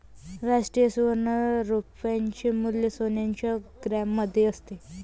राष्ट्रीय सुवर्ण रोख्याचे मूल्य सोन्याच्या ग्रॅममध्ये असते